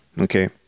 Okay